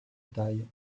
taille